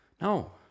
no